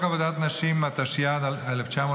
חוק עבודת נשים, התשי"ד 1954,